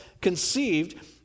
conceived